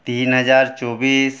तीन हज़ार चौबीस